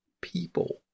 people